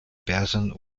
beeren